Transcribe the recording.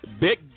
Big